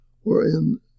wherein